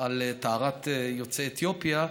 על טהרת יוצאי אתיופיה.